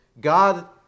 God